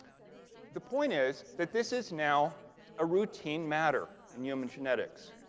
the point is that this is now a routine matter in human genetics,